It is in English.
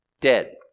dead